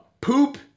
poop